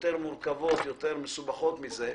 יותר מורכבות ויותר מסובכות מזה.